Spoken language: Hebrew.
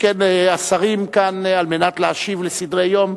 שכן השרים כאן על מנת להשיב לסדרי-יום.